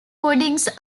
puddings